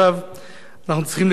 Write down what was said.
אנחנו צריכים לקיים חברה פתוחה.